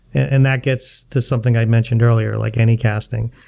and that gets to something i mentioned earlier, like any casting,